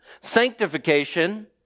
Sanctification